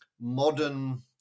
modern